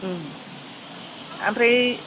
आमफ्राय